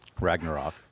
Ragnarok